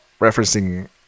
referencing